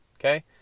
okay